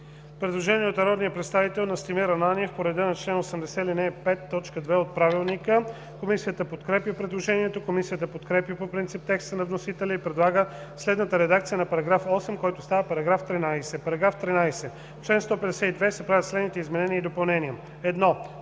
Предложение от народния представител Настимир Ананиев по реда на чл. 80, ал. 5, т. 2 от Правилника. Комисията подкрепя предложението. Комисията подкрепя по принцип текста на вносителя и предлага следната редакция на § 8, който става § 13: „§ 13. В чл. 152 се правят следните изменения и допълнения: 1.